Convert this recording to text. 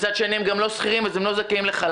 מצד שני, הם גם לא שכירים ואז הם לא זכאים לחל"ת.